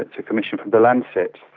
it's a commission from the lancet.